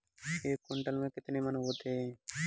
एक क्विंटल में कितने मन होते हैं?